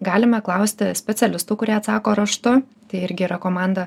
galime klausti specialistų kurie atsako raštu tai irgi yra komanda